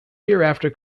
hereafter